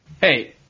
Hey